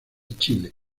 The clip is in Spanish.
chile